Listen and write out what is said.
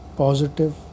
positive